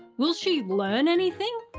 will she learn anything?